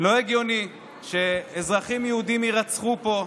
לא הגיוני שאזרחים יהודים יירצחו פה,